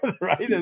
right